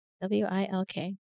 W-I-L-K